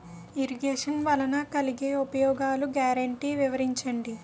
Irrigation వలన కలిగే ఉపయోగాలు గ్యారంటీ వివరించండి?